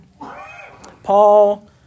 Paul